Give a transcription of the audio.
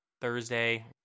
Thursday